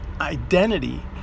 identity